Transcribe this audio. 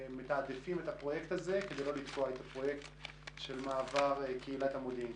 שמתעדפים את הפרויקט הזה כדי לא לתקוע את מעבר קהילת המודיעין.